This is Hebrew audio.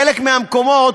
חלק מהמקומות,